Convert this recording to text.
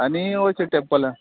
आनी वयचें टेंपलां